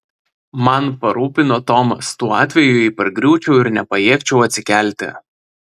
man parūpino tomas tuo atveju jei pargriūčiau ir nepajėgčiau atsikelti